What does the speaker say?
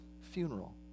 funeral